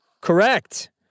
Correct